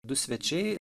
du svečiai